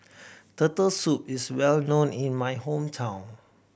Turtle Soup is well known in my hometown